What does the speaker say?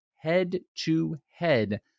head-to-head